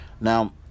Now